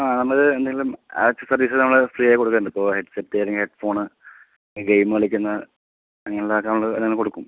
ആ നമുക്ക് എന്തെങ്കിലും അക്സെസ്സറീസ് നമ്മൾ ഫ്രീ ആയി കൊടുക്കുന്നുണ്ട് ഇപ്പോൾ ഹെഡ് സെറ്റ് അല്ലെങ്കിൽ ഹെഡ് ഫോൺ ഗെയിം കളിക്കുന്ന അങ്ങനെയുള്ളതൊക്കെ നമ്മൾ എന്തെങ്കിലും കൊടുക്കും